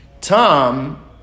Tom